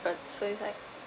so it's like